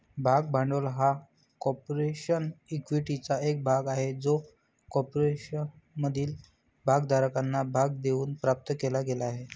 भाग भांडवल हा कॉर्पोरेशन इक्विटीचा एक भाग आहे जो कॉर्पोरेशनमधील भागधारकांना भाग देऊन प्राप्त केला गेला आहे